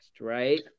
right